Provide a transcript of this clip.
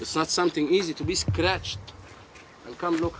it's not something easy to be scratched come look